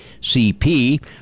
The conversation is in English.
CP